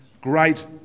great